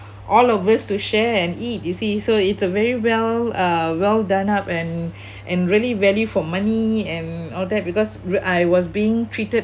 all of us to share and eat you see so it's a very well uh well done up and and really value for money and all that because I was being treated